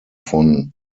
von